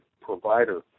provider